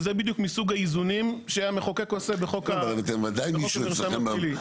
וזה בדיוק מסוג האיזונים שהמחוקק עושה בחוק המרשם הפלילי.